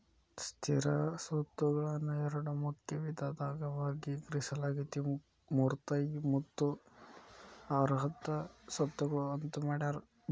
ಸ್ಥಿರ ಸ್ವತ್ತುಗಳನ್ನ ಎರಡ ಮುಖ್ಯ ವಿಧದಾಗ ವರ್ಗೇಕರಿಸಲಾಗೇತಿ ಮೂರ್ತ ಮತ್ತು ಅಮೂರ್ತ ಸ್ವತ್ತುಗಳು ಅಂತ್ ಮಾಡ್ಯಾರ